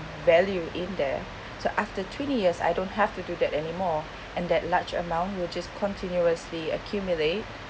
value in there so after twenty years I don't have to do that anymore and that large amount which is continuously accumulate